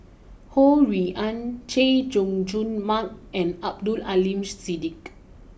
Ho Rui an Chay Jung Jun Mark and Abdul Aleem Siddique